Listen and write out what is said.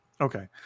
Okay